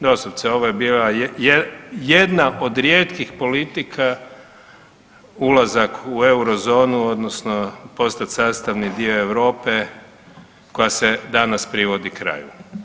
Doslovce ovo je bila jedna od rijetkih politika ulazak u Eurozonu odnosno postat sastavni dio Europe koja se danas privodi kraju.